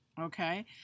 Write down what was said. Okay